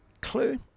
Clue